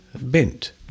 bent